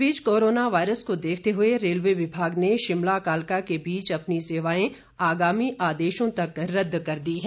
इस बीच corona virus को देखते हुए रेलवे विभाग ने शिमला कालका के बीच अपनी सेवाएं आगामी आदेशों तक रद्द कर दी हैं